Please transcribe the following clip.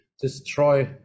destroy